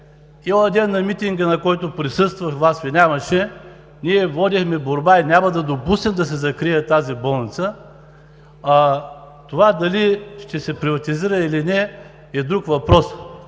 Онзи ден на митинга, на който присъствах, Ви нямаше. Ние водихме борба и няма да допуснем да се закрие тази болница. А това дали ще се приватизира, или не – е друг въпрос.